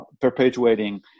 perpetuating